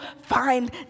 find